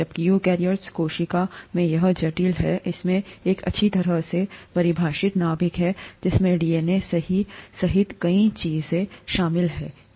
जबकि यूकेरियोटिक कोशिका में यह जटिल है इसमें एक अच्छी तरह से परिभाषित नाभिक है जिसमें डीएनए सही सहित कई चीजें शामिल हैं